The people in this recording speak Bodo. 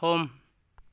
सम